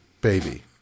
baby